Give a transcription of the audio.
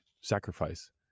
sacrifice